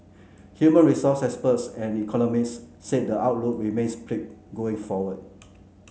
human resource experts and economists say the outlook remains bleak going forward